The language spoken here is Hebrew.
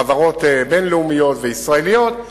חברות בין-לאומיות וישראליות,